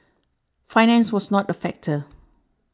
finance was not a factor